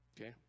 okay